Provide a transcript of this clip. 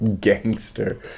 Gangster